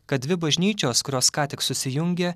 kad dvi bažnyčios kurios ką tik susijungė